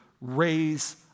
raise